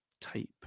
type